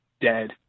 dead